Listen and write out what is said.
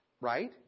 right